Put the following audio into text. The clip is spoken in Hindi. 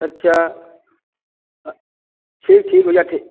अच्छा ठीक ठीक भैया ठी